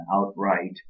outright